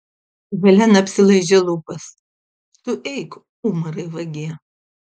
helena apsilaižė lūpas tu eik umarai vagie